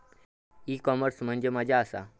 E commerce म्हणजे मझ्या आसा?